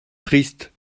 tristes